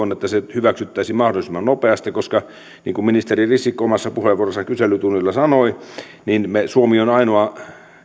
hyväksyttäisiin mahdollisimman nopeasti koska niin kuin ministeri risikko omassa puheenvuorossaan kyselytunnilla sanoi suomi on ainoa